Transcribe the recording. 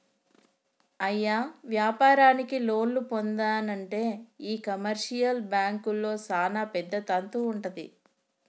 అయ్య వ్యాపారానికి లోన్లు పొందానంటే ఈ కమర్షియల్ బాంకుల్లో సానా పెద్ద తంతు వుంటది